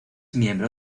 miembro